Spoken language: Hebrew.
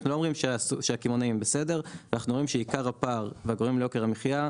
אנחנו לא אומרים שהקמעונאים בסדר אלא שעיקר הפער והגורם ליוקר המחייה,